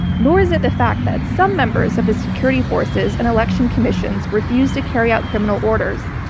nor is it the fact that some members of the security forces and election commissions refused to carry out criminal orders.